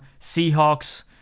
Seahawks